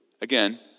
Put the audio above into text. Again